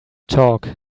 talk